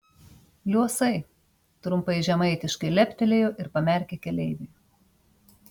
liuosai trumpai žemaitiškai leptelėjo ir pamerkė keleiviui